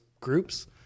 groups